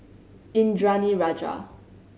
Indranee Rajah